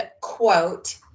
quote